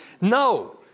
No